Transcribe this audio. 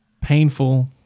painful